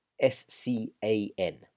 S-C-A-N